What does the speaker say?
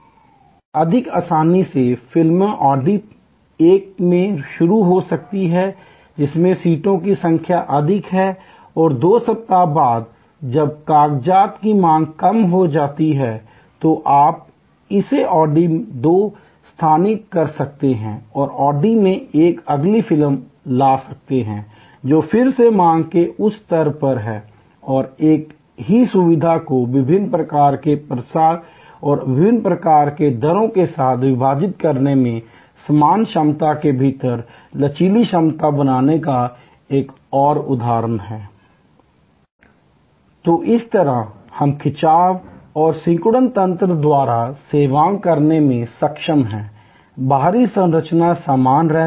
या अधिक आसानी से फिल्में ऑडी एक में शुरू हो सकती हैं जिसमें सीटों की संख्या अधिक है और दो सप्ताह बाद जब कागजात की मांग कम हो जाती है तो आप इसे ऑडी दो में स्थानांतरित कर सकते हैं और ऑडी में एक अगली फिल्म ला सकते हैं जो फिर से मांग के उच्च स्तर पर है और एक ही सुविधा को विभिन्न प्रकार के प्रसाद और विभिन्न प्रकार की दरों के साथ विभाजित करने और समान क्षमता के भीतर लचीली क्षमता बनाने का एक और उदाहरण है l तो इस तरह हम खिंचाव और सिकुड़न तंत्र द्वारा सेवा करने में सक्षम हैं बाहरी संरचना समान रह सकती है